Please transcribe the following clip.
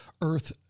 Earth